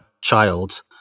child